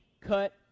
cut